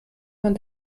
man